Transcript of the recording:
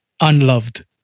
unloved